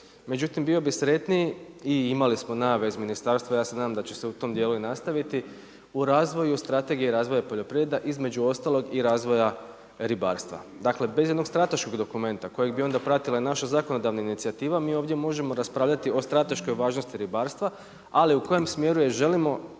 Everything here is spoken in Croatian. međutim bio bi sretniji i imali smo najave iz ministarstva, ja se nadam da će se u tom djelu i nastaviti, u razvoju Strategije razvoja poljoprivrede, između ostalog i razvoja ribarstva. Dakle, bez jednog strateškog dokumenta kojeg bi ona pratila naša zakonodavna inicijativa, mi ovdje možemo raspravljati o strateškoj važnosti ribarstava, ali u kojem je smjeru je želimo